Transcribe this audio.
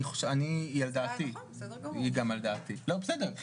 היא גם על דעתי.